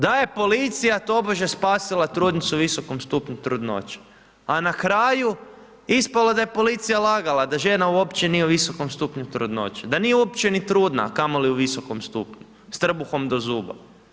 Da je policija tobože spasila trudnicu u visokom stupnju trudnoće, a na kraju ispada da je policija lagala, da žena uopće nije u visokom stupnju trudnoće, da nije uopće ni trudna, a kamoli u visokom stupnju, s trbuhom do zuba.